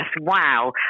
wow